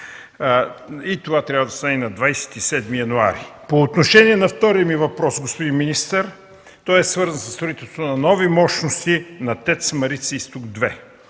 Това трябва да стане на 27 януари! По отношение на втория ми въпрос, господин министър, той е свързан със строителството на нови мощности на ТЕЦ „Марица Изток 2”.